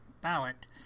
ballot